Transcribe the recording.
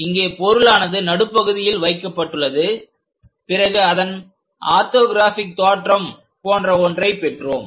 இங்கே பொருளானது நடுப்பகுதியில் வைக்கப்பட்டுள்ளது பிறகு அதன் ஆர்த்தோகிராஃபிக் தோற்றம் போன்ற ஒன்றைப் பெற்றோம்